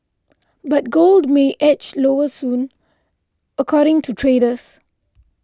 but gold may edge lower soon according to traders